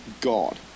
God